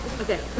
Okay